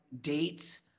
dates